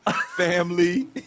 family